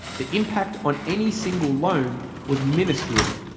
the impact on any single loan was miniscule,